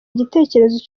igitekerezo